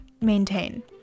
maintain